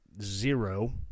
zero